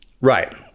Right